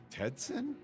Tedson